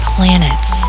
Planets